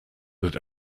that